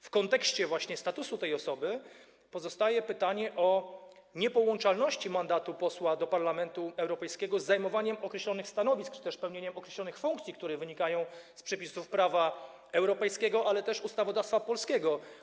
W kontekście właśnie statusu tej osoby pozostaje pytanie o niepołączalność mandatu posła do Parlamentu Europejskiego z zajmowaniem określonych stanowisk czy też pełnieniem określonych funkcji, które wynikają z przepisów prawa europejskiego, ale też ustawodawstwa polskiego.